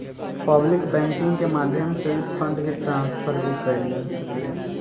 public banking के माध्यम से भी फंड के ट्रांसफर भी कईल जा सकेला